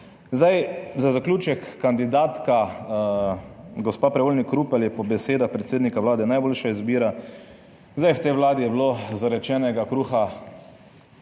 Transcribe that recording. Zdaj, za zaključek, kandidatka, gospa Prevolnik Rupel je po besedah predsednika Vlade najboljša izbira. Zdaj, v tej vladi je bilo zarečenega kruha